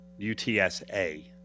UTSA